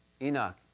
Enoch